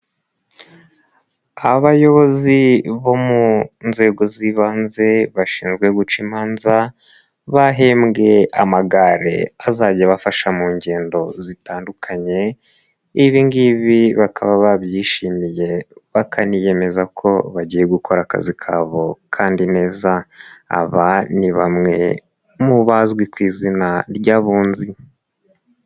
Abayobozi bo mu nzego z'ibanze bashinzwe guca imanza bahembwe amagare azajya abafasha mu ngendo zitandukanye, ibi ngibi bakaba babyishimiye bakaniyemeza ko bagiye gukora akazi kabo kandi neza, aba ni bamwe mu bazwi ku izina ry'abunzi.